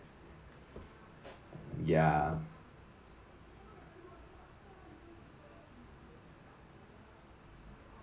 ya